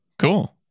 Cool